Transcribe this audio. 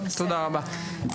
תודה רבה.